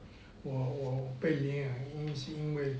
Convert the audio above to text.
我我被领养因因为